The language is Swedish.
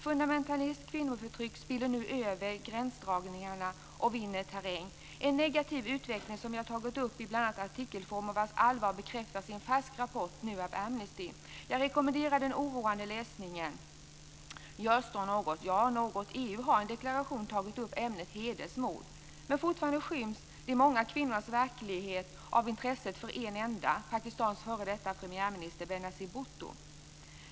Fundamentalism och kvinnoförtryck spiller nu över gränsdragningarna och vinner terräng. Det är en negativ utveckling, som jag tagit upp bl.a. i artikelform och vars allvar bekräftas i en färsk rapport av Amnesty. Jag rekommenderar den oroande läsningen. Görs då något? Ja, något. EU har i en deklaration tagit upp ämnet "hedersmord" men fortfarande skyms de många kvinnornas verklighet av intresset för en enda person, Pakistans f.d. premiärminister Benazir Herr talman!